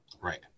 right